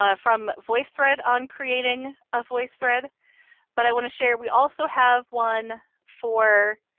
ah from voicethread on creating a voicethread. but i want to share, we also have one for,